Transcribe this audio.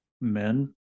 men